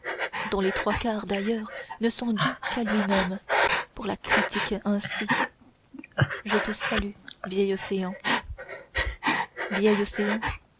dont les trois quarts d'ailleurs ne sont dus qu'à lui-même pour la critiquer ainsi je te salue vieil océan vieil océan